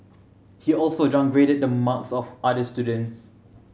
he also downgraded the marks of other students